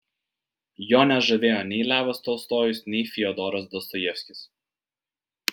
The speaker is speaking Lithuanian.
jo nežavėjo nei levas tolstojus nei fiodoras dostojevskis